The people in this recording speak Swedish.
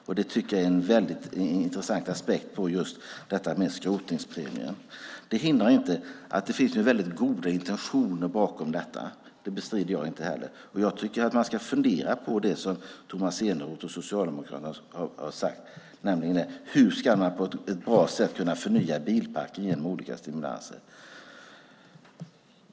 Jag tycker att det är en mycket intressant aspekt på skrotningspremien. Det hindrar inte att det finns goda intentioner bakom detta. Det bestrider jag inte heller. Jag tycker att man ska fundera på det som Tomas Eneroth och Socialdemokraterna har sagt, nämligen hur man på ett bra sätt ska kunna förnya bilparken genom olika stimulanser. Herr talman!